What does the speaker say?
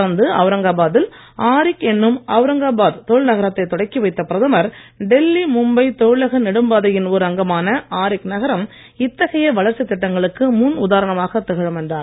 தொடர்ந்து அவுரங்காபாத்தில் ஆரிக் என்னும் ஓளரங்காபாத் தொழில் நகரத்தை தொடக்கி வைத்த பிரதமர் டெல்லி மும்பை தொழிலக நெடும்பாதையின் ஒரு அங்கமான ஆரிக் நகரம் இத்தகைய வளர்ச்சி திட்டங்களுக்கு முன் உதாரணமாக திகழும் என்றார்